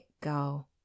go